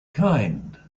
kind